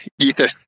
Ethan